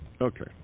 Okay